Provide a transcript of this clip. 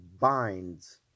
binds